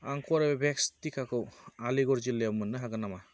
आं कर्वेभेक्स टिकाखौ आलिगड़ जिल्लायाव मोन्नो हागोन नामा